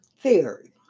theory